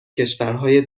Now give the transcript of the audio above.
کشورهای